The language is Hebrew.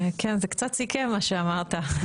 כן, זה קצת סיכם מה שאמרת.